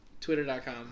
twitter.com